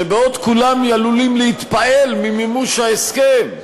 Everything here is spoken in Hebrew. שבעוד כולם עלולים להתפעל ממימוש ההסכם,